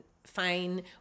Fine